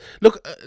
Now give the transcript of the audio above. Look